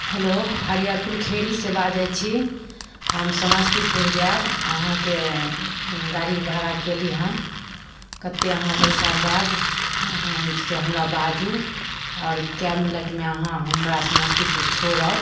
hello Hariyarpur खैरीसँ बाजै छी हम समस्तीपुर जायब अहाँके गाड़ी भाड़ा कयली हन कत्ते अहाँ पैसा लेब अहाँ से हमरा बाजू आओर कए मिनटमे हमरा अहाँ हमरा समस्तीपुर छोड़ब